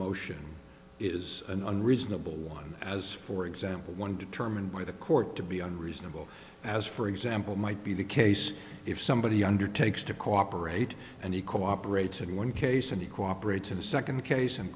motion is an unreasonable one as for example one determined by the court to be unreasonable as for example might be the case if somebody undertakes to cooperate and he cooperates in one case and he cooperate in the second case and